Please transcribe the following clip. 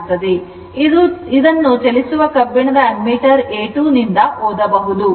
ಇದನ್ನು ಚಲಿಸುವ ಕಬ್ಬಿಣದ ameter A2 ನಿಂದ ಓದಬಹುದು ಇದು rms ಮೌಲ್ಯವನ್ನು ಅಳೆಯುತ್ತದೆ